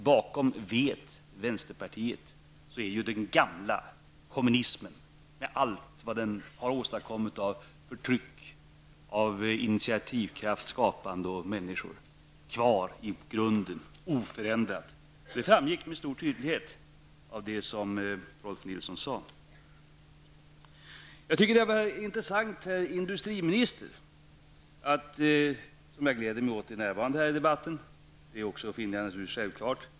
Bakom v:et, vänsterpartiet, finns den gamla kommunismen kvar i grunden oförändrad, med allt vad den har åstadkommit av förtryck av människor, skapande och initiativkraft. Det framgick med stor tydlighet av det Rolf L Jag glädjer mig åt att industrinministern är närvarande här i kammaren. Det finner jag naturligtvis självklart.